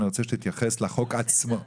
אני רוצה שתתייחס לחוק עצמו,